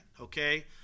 Okay